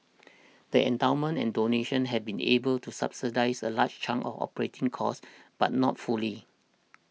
the endowments and donations have been able to subsidise a large chunk operating costs but not fully